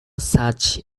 such